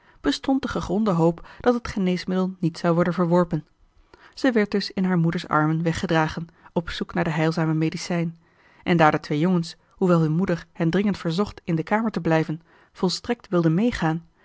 bestond de gegronde hoop dat het geneesmiddel niet zou worden verworpen zij werd dus in haar moeders armen weggedragen op zoek naar de heilzame medicijn en daar de twee jongens hoewel hun moeder hen dringend verzocht in de kamer te blijven volstrekt wilden meegaan